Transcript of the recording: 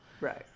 Right